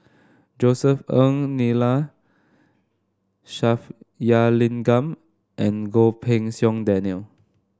Josef Ng Neila Sathyalingam and Goh Pei Siong Daniel